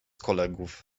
kolegów